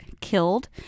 killed